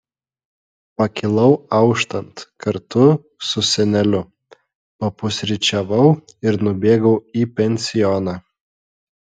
pakilau auštant kartu su seneliu papusryčiavau ir nubėgau į pensioną